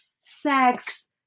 sex